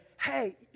hey